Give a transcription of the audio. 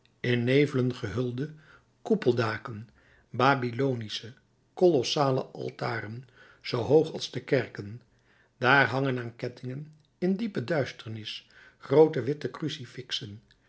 in nevelen gehulde koepeldaken babylonische kolossale altaren zoo hoog als de kerken daar hangen aan kettingen in diepe duisternis groote witte crucifixen